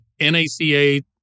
NACA